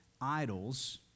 idols